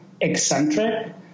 eccentric